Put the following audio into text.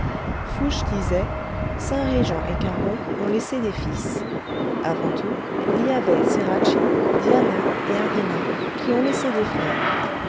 fouché disait saint rejant et carbon ont laissé des fils avant eux il y avait ceracchi diana et arena qui ont laissé des frères